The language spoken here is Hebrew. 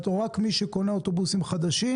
רק מי שקונה אוטובוסים חדשים